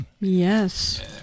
yes